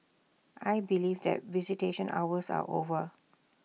I believe that visitation hours are over